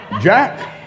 Jack